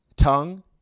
tongue